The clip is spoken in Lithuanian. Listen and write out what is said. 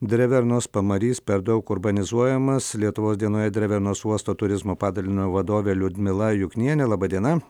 drevernos pamarys per daug urbanizuojamas lietuvos dienoje drevernos uosto turizmo padalinio vadovė liudmila juknienė laba diena